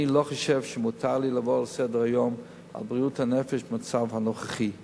אני לא חושב שמותר לי לעבור לסדר-היום על המצב הנוכחי בבריאות הנפש.